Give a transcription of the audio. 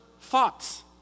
thoughts